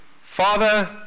Father